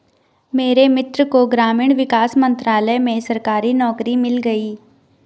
मेरे मित्र को ग्रामीण विकास मंत्रालय में सरकारी नौकरी मिल गई